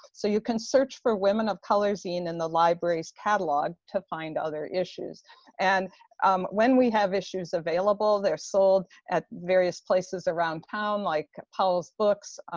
so you can search for women of color zine in the library's catalog to find other issues and um when we have issues available, they're sold at various places around town like powell's books.